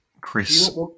Chris